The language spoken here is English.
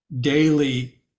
daily